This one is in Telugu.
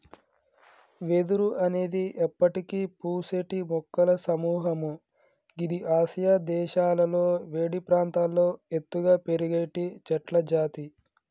వెదురు అనేది ఎప్పటికి పూసేటి మొక్కల సముహము గిది ఆసియా దేశాలలో వేడి ప్రాంతాల్లో ఎత్తుగా పెరిగేటి చెట్లజాతి